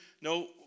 no